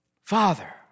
father